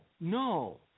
no